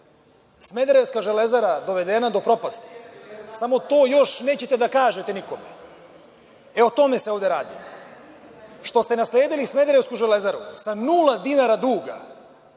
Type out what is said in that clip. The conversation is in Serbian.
smederevska „Železara“ dovedena do propasti, samo to još vi nećete da kažete nikome. O tome se ovde radi. Što ste nasledili smederevsku „Železaru“ sa nula dinara duga,